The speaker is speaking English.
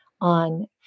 on